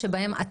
כ' באדר א'